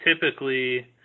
typically